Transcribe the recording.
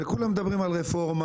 וכולם מדברים על רפורמה.